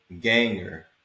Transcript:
ganger